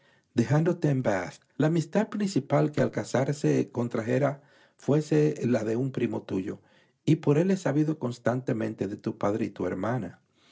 dejándote en bath la amistad principal que al casarme contrajera fuese la de un primo tuyo y por él he sabido constantemente de tu padre y tu hermana